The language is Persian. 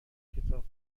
کتاب